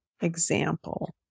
example